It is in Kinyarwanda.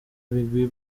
migwi